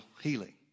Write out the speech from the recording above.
healing